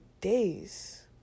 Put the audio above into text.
days